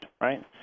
right